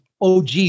OG